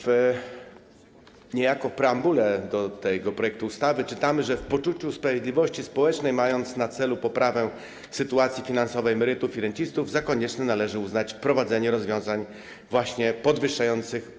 W niejako preambule do tego projektu ustawy czytamy, że w poczuciu sprawiedliwości społecznej, mając na celu poprawę sytuacji finansowej emerytów i rencistów, za konieczne należy uznać wprowadzenie rozwiązań właśnie podwyższających